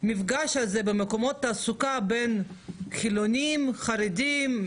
המפגש הזה במקומות התעסוקה בין חילוניים, חרדים.